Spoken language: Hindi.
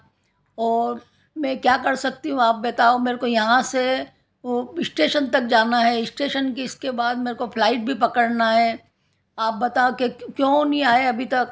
और मैं क्या कर सकती हूँ आप बताओ मेरे को यहाँ से वह स्टेशन तक जाना है स्टेशन किसके बाद मेरे को फ्लाइट भी पकड़ना है आप बताओ कि क्यों नहीं आए अभी तक